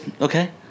okay